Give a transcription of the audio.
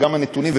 וגם הנתונים,